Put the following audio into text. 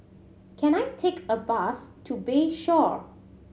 can I take a bus to Bayshore